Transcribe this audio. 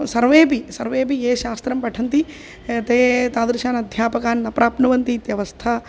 सर्वेऽपि सर्वेऽपि ये शास्त्रं पठन्ति ते तादृशान् अध्यापकान् न प्राप्नुवन्ति इत्यवस्था